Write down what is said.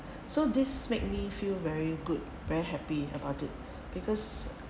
so this makes me feel very good very happy about it because